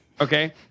Okay